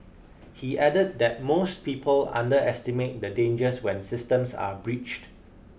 he added that most people underestimate the dangers when systems are breached